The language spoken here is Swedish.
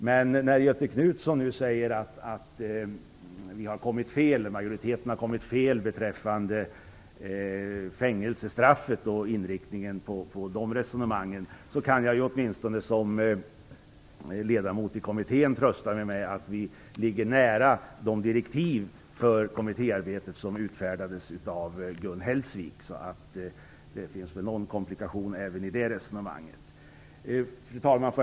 Men när Göthe Knutson nu säger att vi i majoriteten har kommit fel beträffande fängelsestraffet och inriktningen på de resonemangen kan jag åtminstone som ledamot i kommittén trösta mig med att vi ligger nära de direktiv för kommittéarbetet som utfärdades av Gun Hellsvik. Någon komplikation finns det nog alltså även i det resonemanget. Fru talman!